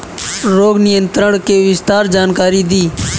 रोग नियंत्रण के विस्तार जानकारी दी?